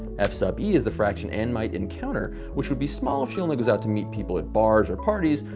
f sub e is the fraction ann might encounter, which would be small if she only goes out to meet people at bars or parties.